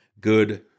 good